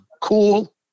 cool